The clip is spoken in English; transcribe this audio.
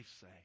say